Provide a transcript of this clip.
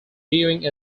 viewing